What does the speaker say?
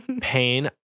pain